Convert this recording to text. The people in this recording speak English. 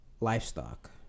livestock